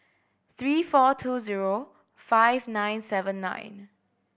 three four two zero five nine seven nine